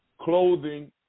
Clothing